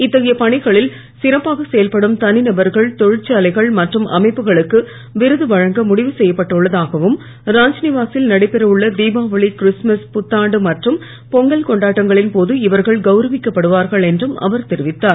இத்தகைய பணிகளில் சிறப்பாக செயல்படும் தனிநபர்கள் தொழிற்சாலைகள் மற்றும் அமைப்புகளுக்கு விருது வழங்க முடிவு செய்யப்பட்டு உள்ளதாகவும் ராஜ்நிவாசில் நடைபெற உள்ள திபாவளி கிறிஸ்மஸ் புத்தாண்டு மற்றும் பொங்கல் கொண்டாட்டங்களின் போது இவர்கன் கவுரவிக்கப்படுவார்கன் என்றும் அவர் தெரிவித்தார்